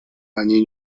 они